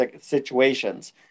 situations